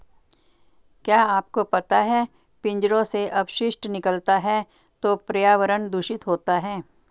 क्या आपको पता है पिंजरों से अपशिष्ट निकलता है तो पर्यावरण दूषित होता है?